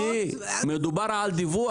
גברתי, מדובר על דיווח.